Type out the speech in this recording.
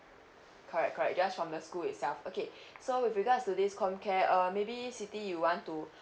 correct correct just from the school itself okay so with regards to this com care uh maybe siti you want to